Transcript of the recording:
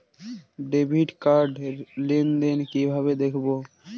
Debit card র লেনদেন কিভাবে দেখবো?